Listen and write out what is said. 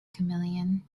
chameleon